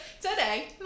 today